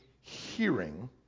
hearing